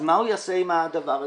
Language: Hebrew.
אז מה הוא יעשה עם הדבר הזה?